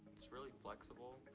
it's really flexible.